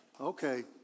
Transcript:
Okay